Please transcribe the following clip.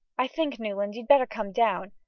i think, newland, you'd better come down.